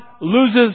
loses